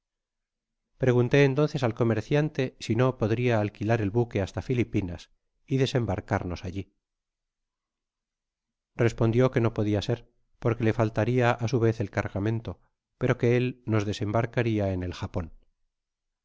entonces al comerciante si ne podria alquilar el buque hasta filipinas y desembarcarnos alli respondió que no podia ser porque le faltaria á su vez el cargamento pero que él nos desembarcaria en el japon